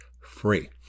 free